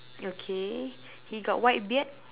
okay he got white beard